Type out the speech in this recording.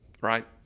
Right